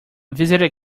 visited